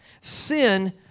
Sin